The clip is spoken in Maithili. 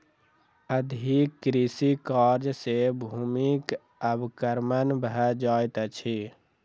अधिक कृषि कार्य सॅ भूमिक अवक्रमण भ जाइत अछि